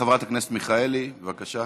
חברת הכנסת מיכאלי, בבקשה.